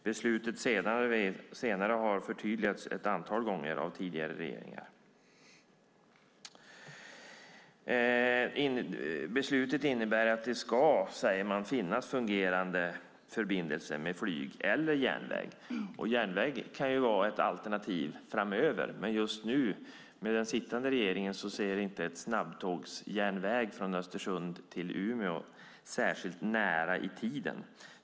Beslutet har senare förtydligats ett antal gånger av tidigare regeringar. Beslutet innebär att det ska, säger man, finnas fungerande förbindelser med flyg eller järnväg. Järnväg kan ju vara ett alternativ framöver, men just nu med den sittande regeringen syns inte en snabbtågsjärnväg från Östersund till Umeå särskilt nära i tiden.